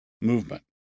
Movement